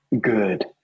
good